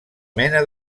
mena